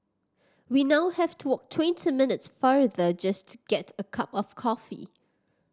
we now have to walk twenty minutes farther just to get a cup of coffee